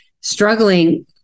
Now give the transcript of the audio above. struggling